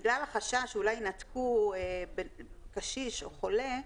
בגלל החשש שאולי ינתקו קשיש או חולה,